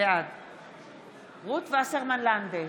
בעד רות וסרמן לנדה,